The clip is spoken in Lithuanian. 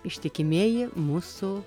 ištikimieji mūsų